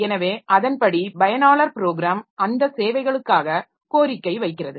எனவே அதன்படி பயனாளர் ப்ரோக்ராம் அந்த சேவைகளுக்காக கோரிக்கை வைக்கிறது